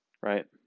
right